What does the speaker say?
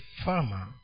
farmer